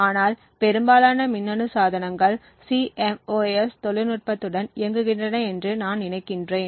ஆனால் பெரும்பாலான மின்னணு சாதனங்கள் CMOS தொழில்நுட்பத்துடன் இயங்குகின்றன என்று நான் நினைக்கிறேன்